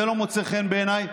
זה לא מוצא חן בעיניי,